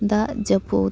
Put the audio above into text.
ᱫᱟᱜ ᱡᱟᱹᱯᱩᱫ